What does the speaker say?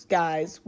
guys